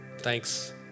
Thanks